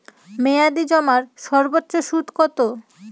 মেয়াদি জমার সর্বোচ্চ সুদ কতো?